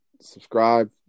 Subscribe